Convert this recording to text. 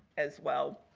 as well.